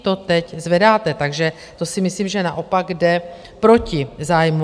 Vy to teď zvedáte, takže to si myslím, že naopak jde proti zájmu.